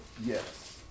Yes